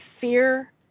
Fear